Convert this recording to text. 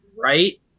Right